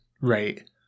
right